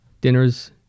dinners